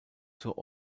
zur